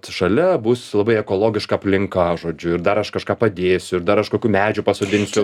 šalia bus labai ekologiška aplinka žodžiu ir dar aš kažką padėsiu ir dar aš kokių medžių pasodinsiu